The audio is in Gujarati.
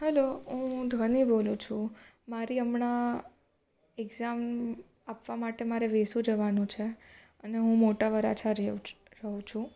હેલો હું ધ્વનિ બોલું છું મારી હમણાં એક્ઝામ આપવા માટે મારે વેસુ જવાનું છે અને હું મોટા વરાછા રેઉ છું રહું છું